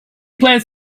plans